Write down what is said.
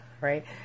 right